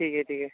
ठीके ठीके